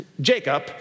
Jacob